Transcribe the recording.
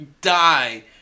die